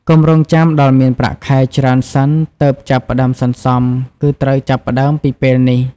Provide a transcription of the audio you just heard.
កុំរង់ចាំដល់មានប្រាក់ខែច្រើនសិនទើបចាប់ផ្ដើមសន្សំ គឺត្រូវចាប់ផ្ដើមពីពេលនេះ។